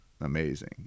amazing